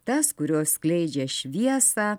tas kurios skleidžia šviesą